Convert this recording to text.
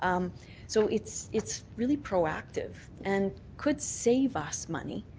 um so it's it's really proactive and could save us money,